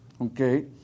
Okay